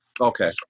Okay